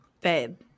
babe